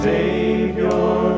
Savior